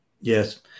Yes